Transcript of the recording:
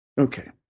Okay